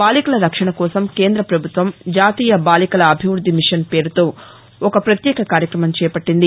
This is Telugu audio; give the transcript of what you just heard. బాలికల రక్షణ కోసం కేంద్ర పభుత్వం జాతీయ బాలికల అభివృద్ధి మిషన్ పేరుతో ఒక పత్యేక కార్యక్రమం చేపట్టింది